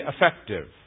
effective